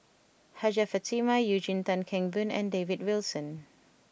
Hajjah Fatimah Eugene Tan Kheng Boon and David Wilson